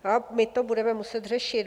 A my to budeme muset řešit.